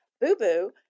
Boo-boo